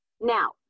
Now